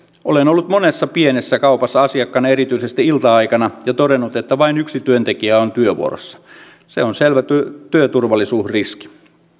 olen ollut monessa pienessä kaupassa asiakkaana erityisesti ilta aikana ja todennut että vain yksi työntekijä on työvuorossa se on selvä työturvallisuusriski